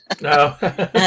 No